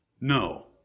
No